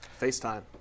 FaceTime